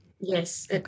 Yes